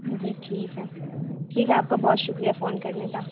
جی ٹھیک ہے ٹھیک ہے آپ کا بہت شُکریہ فون کرنے کا